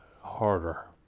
harder